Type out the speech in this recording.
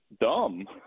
dumb